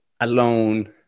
alone